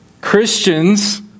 Christians